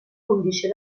condició